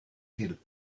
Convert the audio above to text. till